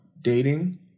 dating